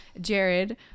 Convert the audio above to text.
jared